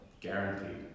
Guaranteed